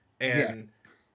Yes